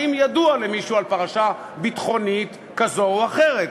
האם ידוע למישהו על פרשה ביטחונית כזאת או אחרת.